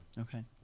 Okay